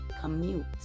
Commute